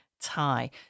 tie